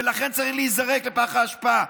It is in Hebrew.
ולכן צריך להיזרק לפח האשפה.